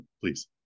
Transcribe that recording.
Please